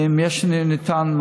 אם ניתן,